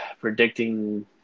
predicting